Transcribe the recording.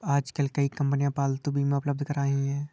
आजकल कई कंपनियां पालतू बीमा उपलब्ध करा रही है